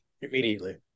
Immediately